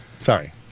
sorry